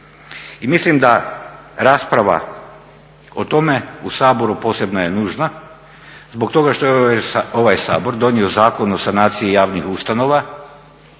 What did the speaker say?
I mislim da rasprava o tome u Saboru posebno je nužna, zbog toga što je ovaj Sabor donio Zakon o sanaciji javnih ustanova